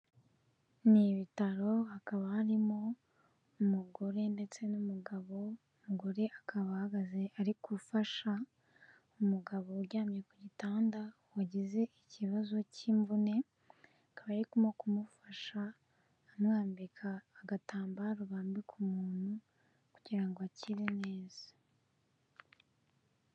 Ni ibitaro hakaba harimo umugore ndetse n'umugabo, umugore akaba ahagaze ari gufasha umugabo uryamye ku gitanda wagize ikibazo k'imvune, akaba arimo kumufasha amwambika agatambaro bambika umuntu, kugira ngo akire neza.